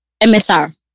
MSR